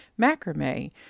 macrame